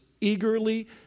eagerly